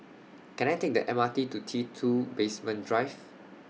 Can I Take The M R T to T two Basement Drive